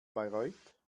bayreuth